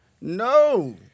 No